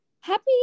happy